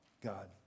God